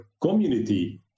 community